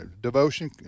devotion